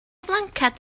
flanced